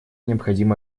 необходимо